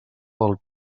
pel